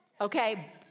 okay